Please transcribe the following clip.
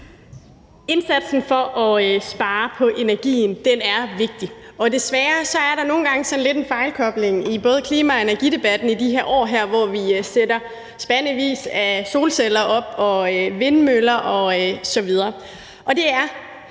Indsatsen for at spare på energien er vigtig. Desværre er der nogle gange sådan lidt en fejlkobling i både klima- og energidebatten i de her år, hvor vi sætter spandevis af solceller op og vindmøller osv.,